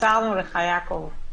קיצרנו לך, יעקב.